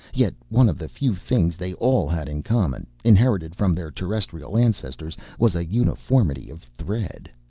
yet one of the few things they all had in common, inherited from their terrestrial ancestors, was a uniformity of thread.